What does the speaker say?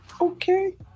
Okay